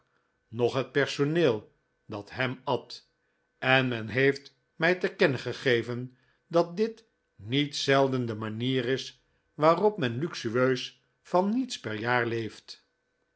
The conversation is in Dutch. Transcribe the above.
noch het personeel dat hem at en men heeft mij te kennen gegeven dat dit niet zelden de manier is waarop men luxueus van niets per jaar leeft